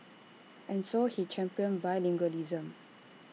and so he championed bilingualism